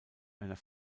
einer